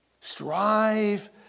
Strive